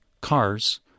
cars